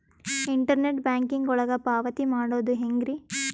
Internet banking ಒಳಗ ಪಾವತಿ ಮಾಡೋದು ಹೆಂಗ್ರಿ?